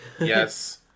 Yes